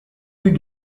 rue